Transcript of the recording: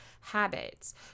habits